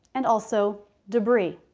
and also debris.